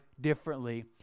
differently